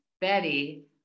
Betty